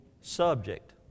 subject